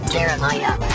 Jeremiah